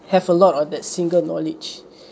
have a lot of that single knowledge